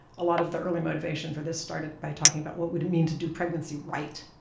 a lot of the early motivation for this started by talking about what would it mean to do pregnancy right.